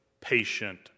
patient